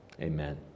amen